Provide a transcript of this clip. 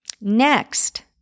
Next